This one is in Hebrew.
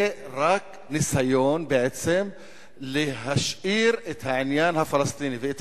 זה רק ניסיון בעצם להשאיר את העניין הפלסטיני ואת